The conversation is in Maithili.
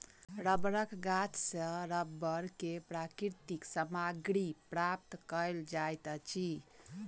रबड़क गाछ सॅ रबड़ के प्राकृतिक सामग्री प्राप्त कयल जाइत अछि